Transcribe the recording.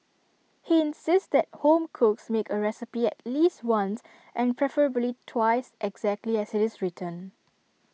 he insists that home cooks make A recipe at least once and preferably twice exactly as IT is written